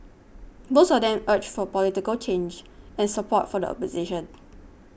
most of them urged for political change and support for the opposition